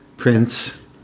prince